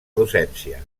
docència